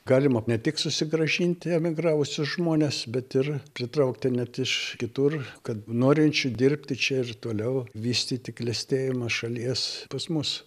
galima ne tik susigrąžinti emigravusius žmones bet ir pritraukti net iš kitur kad norinčių dirbti čia ir toliau vystyti klestėjimą šalies pas mus